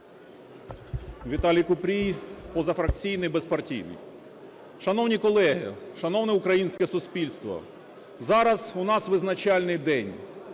Віталій Купрій, позафракційний, безпартійний. Шановні колеги, шановне українське суспільство, зараз у нас визначальний день,